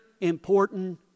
important